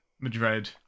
Madrid